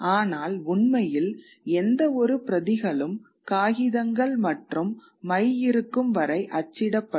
ஆனால் உண்மையில் எந்தவொரு பிரதிகளும் காகிதங்கள் மற்றும் மை இருக்கும் வரை அச்சிடப்படும்